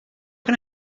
can